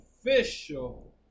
official